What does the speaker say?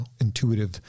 intuitive